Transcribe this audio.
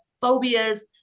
phobias